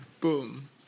Boom